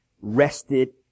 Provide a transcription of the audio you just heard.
rested